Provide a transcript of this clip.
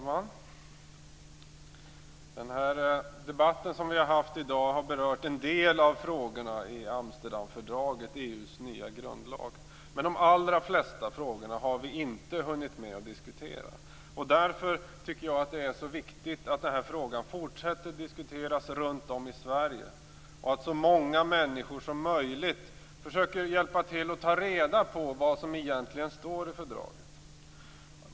Herr talman! Debatten som vi har haft i dag har berört en del av frågorna i Amsterdamfördraget - EU:s nya grundlag. Men de allra flesta frågorna har vi inte hunnit med att diskutera. Därför tycker jag att det är så viktigt att Amsterdamfördraget fortsätter att diskuteras runt om i Sverige och att så många människor som möjligt försöker hjälpa till att ta reda på vad som egentligen står i fördraget.